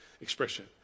expression